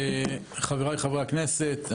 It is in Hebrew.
חבריי חברי הכנסת,